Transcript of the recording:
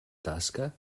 tasca